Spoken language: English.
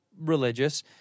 religious